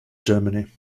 germany